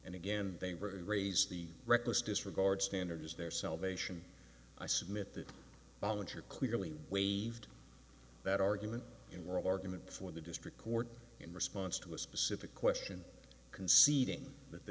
and again they raise the reckless disregard standard is their salvation i submit the volunteer clearly waived that argument in the argument for the district court in response to a specific question conceding th